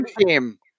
team